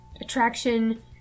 attraction